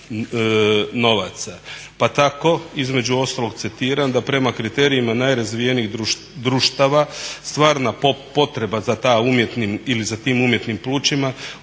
Pa tako, između ostalog, citiram da prema kriterijima najrazvijenijih društava stvarna potreba za tim umjetnim plućima